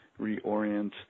reorient